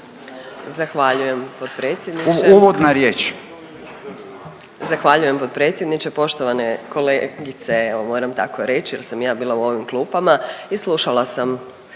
Zahvaljujem potpredsjedniče. …/Upadica Radin: Uvodna riječ./… Zahvaljujem potpredsjedniče, poštovane kolegice moram tako reći jer sa i ja bila u ovim klupama i slušala sam